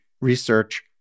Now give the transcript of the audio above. Research